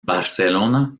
barcelona